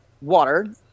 water